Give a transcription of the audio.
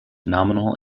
nominal